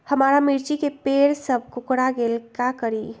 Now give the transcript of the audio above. हमारा मिर्ची के पेड़ सब कोकरा गेल का करी?